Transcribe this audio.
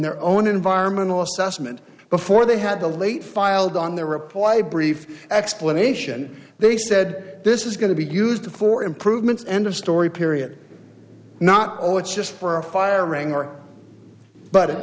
their own environmental assessment before they had a late filed on their reply brief explanation they said this is going to be used for improvements end of story period not oh it's just for firing are but at